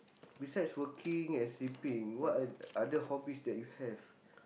besides working and sleeping what are other hobbies that you have